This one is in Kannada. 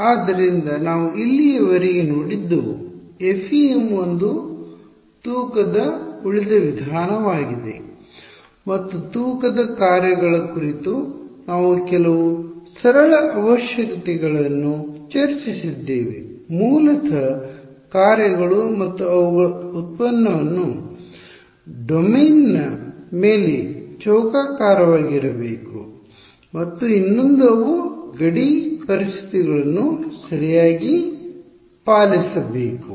ಆದ್ದರಿಂದ ನಾವು ಇಲ್ಲಿಯವರೆಗೆ ನೋಡಿದ್ದು FEM ಒಂದು ತೂಕದ ಉಳಿದ ವಿಧಾನವಾಗಿದೆ ಮತ್ತು ತೂಕದ ಕಾರ್ಯಗಳ ಕುರಿತು ನಾವು ಕೆಲವು ಸರಳ ಅವಶ್ಯಕತೆಗಳನ್ನು ಚರ್ಚಿಸಿದ್ದೇವೆ ಮೂಲತಃ ಕಾರ್ಯಗಳು ಮತ್ತು ಅವುಗಳ ವ್ಯುತ್ಪನ್ನವು ಡೊಮೇನ್ನ ಮೇಲೆ ಚೌಕಾಕಾರವಾಗಿರಬೇಕು ಮತ್ತು ಇನ್ನೊಂದು ಅವು ಗಡಿ ಪರಿಸ್ಥಿತಿಗಳನ್ನು ಸರಿಯಾಗಿ ಪಾಲಿಸಬೇಕು